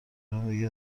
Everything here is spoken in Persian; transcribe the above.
زندگی